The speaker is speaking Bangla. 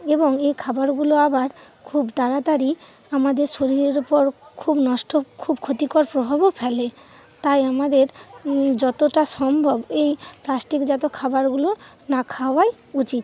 এবং এই খাবারগুলো আবার খুব তাড়াতাড়ি আমাদের শরীরের ওপর খুব নষ্ট খুব ক্ষতিকর প্রভাবও ফেলে তাই আমাদের যতোটা সম্ভব এই প্লাস্টিকজাত খাবারগুলো না খাওয়াই উচিত